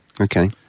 Okay